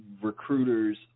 recruiters